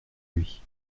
lui